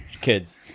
kids